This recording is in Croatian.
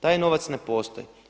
Taj novac ne postoji.